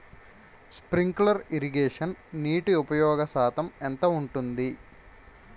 Sprinkler ఇరగేషన్లో నీటి ఉపయోగ శాతం ఎంత ఉంటుంది?